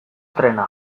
trena